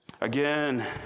Again